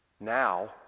Now